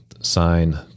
sign